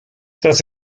tras